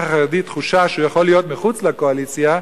החרדי תחושה שהוא יכול להיות מחוץ לקואליציה,